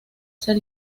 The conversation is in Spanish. ser